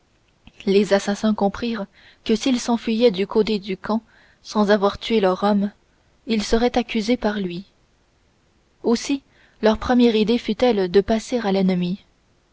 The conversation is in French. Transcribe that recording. les assassins comprirent que s'ils s'enfuyaient du côté du camp sans avoir tué leur homme ils seraient accusés par lui aussi leur première idée fut-elle de passer à l'ennemi